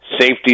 safety